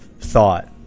thought